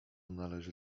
należy